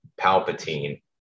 Palpatine